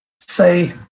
say